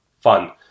fun